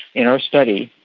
in our study,